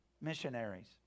missionaries